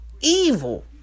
Evil